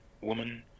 woman